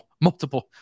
multiple